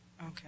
Okay